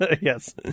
yes